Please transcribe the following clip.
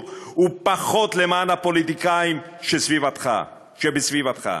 ופחות למען הפוליטיקאים שבסביבתך.